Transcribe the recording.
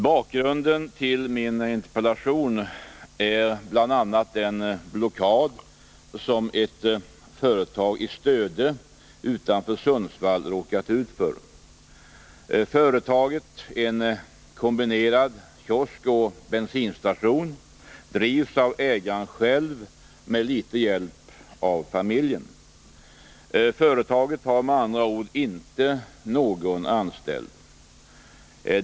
Bakgrunden till min interpellation är bl.a. den blockad som ett företag i Stöde utanför Sundsvall råkat ut för. Företaget, en kombination av kiosk och bensinstation, drivs av ägaren själv med litet hjälp av familjen. Företaget har med andra ord inte någon anställd.